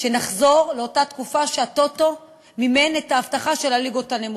שנחזור לאותה תקופה שהטוטו מימן את האבטחה של הליגות הנמוכות.